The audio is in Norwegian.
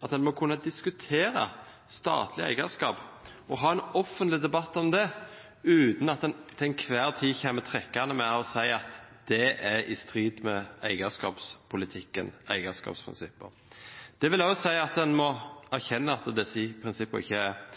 at en må kunne diskutere statlig eierskap og ha en offentlig debatt om det, uten at en til enhver tid kommer trekkende med å si at det er i strid med eierskapspolitikken og eierskapsprinsippene. Det vil også si at en må erkjenne at disse prinsippene ikke er